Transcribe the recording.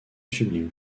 sublime